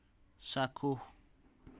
চাক্ষুষ